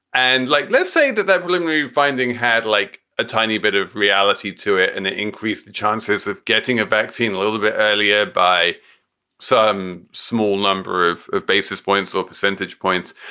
and like, let's say that that will move finding had like a tiny bit of reality to it and ah increase the chances of getting a vaccine a little bit earlier by some small number of of basis points or percentage points.